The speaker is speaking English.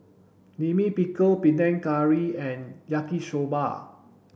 Lime Pickle Panang Curry and Yaki soba